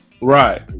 right